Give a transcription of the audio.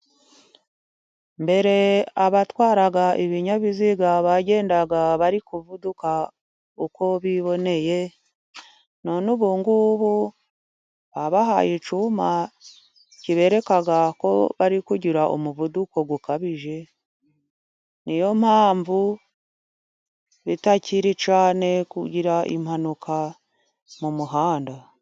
Mbere abatwaraga ibinyabiziga bagendaga bari kuvuduka uko biboneye，none ubu ngubu babahaye icyuma kibereka ko bari kugira umuvuduko ukabije， ni yo mpamvu bitakiri cyane， kugira impanuka mu muhanda.